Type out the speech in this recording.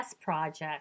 project